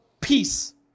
peace